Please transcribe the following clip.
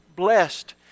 Blessed